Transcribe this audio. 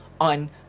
on